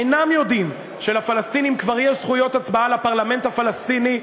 אינם יודעים שלפלסטינים כבר יש זכויות הצבעה לפרלמנט הפלסטיני,